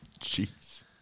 Jeez